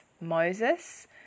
Moses